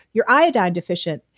your iodine deficient.